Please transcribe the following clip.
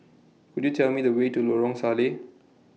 Could YOU Tell Me The Way to Lorong Salleh